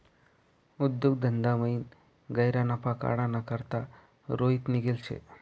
उद्योग धंदामयीन गह्यरा नफा काढाना करता रोहित निंघेल शे